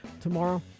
tomorrow